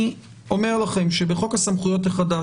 אני אומר לכם שבחוק הסמכויות החדש,